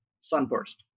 Sunburst